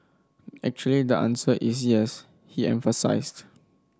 actually the answer is yes he emphasised